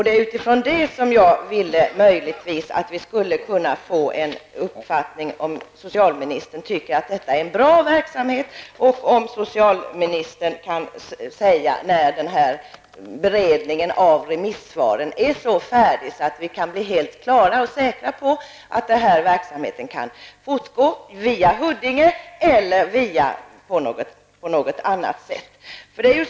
Det är utifrån det som jag ville att vi möjligtvis skulle få reda på om socialministern tycker att det är en bra verksamhet och om socialministern kan säga när beredningen av remissvaren är så färdig att vi kan bli helt säkra på att verksamheten kan fortgå, via Huddinge eller på något annat sätt.